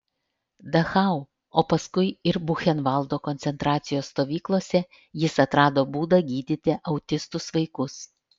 dachau o paskui ir buchenvaldo koncentracijos stovyklose jis atrado būdą gydyti autistus vaikus